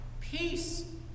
peace